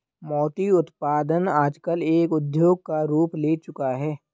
मोती उत्पादन आजकल एक उद्योग का रूप ले चूका है